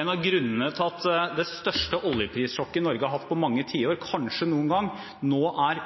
En av grunnene til at det største oljeprissjokket Norge har hatt på mange tiår, kanskje noen gang, nå er